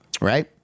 Right